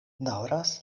daŭras